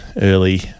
early